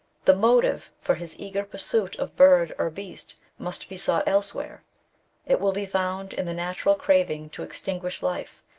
the motive for his eager pursuit of bird or beast must be sought elsewhere it will be found in the natural craving to extinguish life,